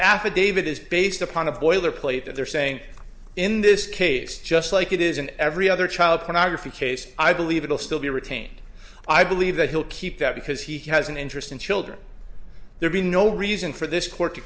affidavit is based upon a boilerplate that they're saying in this case just like it is in every other child pornography case i believe it will still be retained i believe that he'll keep that because he has an interest in children there being no reason for this court